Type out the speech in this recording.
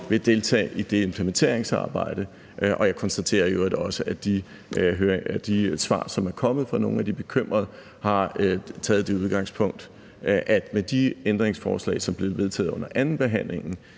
vil deltage i det implementeringsarbejde. Og jeg konstaterer i øvrigt også, at de svar, som er kommet fra nogle af de bekymrede, har taget det udgangspunkt, at med de ændringsforslag, som blev vedtaget under andenbehandlingen,